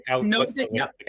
No